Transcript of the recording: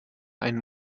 ein